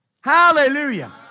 Hallelujah